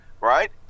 right